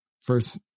first